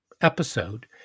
episode